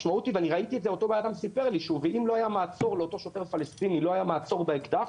אותו אדם סיפר לי שאם לאותו שוטר פלסטיני לא היה מעצור באקדח,